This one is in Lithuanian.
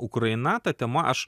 ukraina ta tema aš